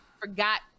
forgot